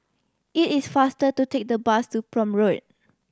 it is faster to take the bus to Prome Road